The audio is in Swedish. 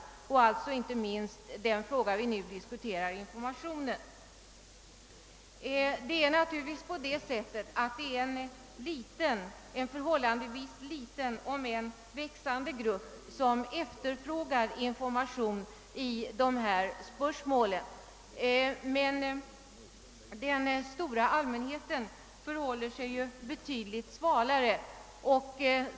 Detta gäller inte minst den fråga vi nu diskuterar, frågan om informationen. Det är en förhållandevis liten om än växande grupp som efterfrågar information i dessa spörsmål. Men den stora allmänheten förhåller sig betydligt svalare.